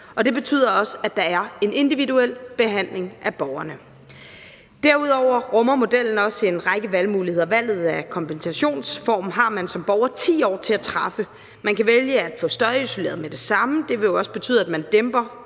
Det betyder også, at der er en individuel behandling af borgerne. Derudover rummer modellen også en række valgmuligheder. Valget af kompensationsform har man som borger 10 år til at træffe. Man kan vælge at få støjisoleret med det samme. Det vil også betyde, at man dæmper